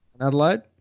Adelaide